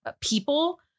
people